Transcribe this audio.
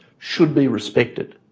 should be respected,